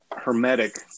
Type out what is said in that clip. hermetic